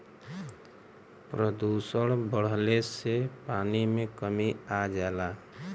प्रदुषण बढ़ले से पानी में कमी आ जाला